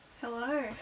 Hello